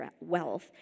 wealth